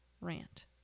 rant